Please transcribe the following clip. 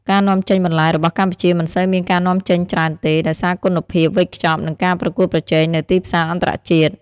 ការនាំចេញបន្លែរបស់កម្ពុជាមិនសូវមានការនាំចេញច្រើនទេ ដោយសារគុណភាព វេចខ្ចប់ និងការប្រកួតប្រជែងនៅទីផ្សារអន្តរជាតិ។